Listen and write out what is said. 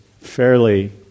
fairly